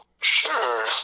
Sure